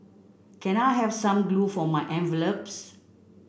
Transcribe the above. can I have some glue for my envelopes